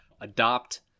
adopt